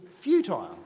futile